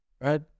Right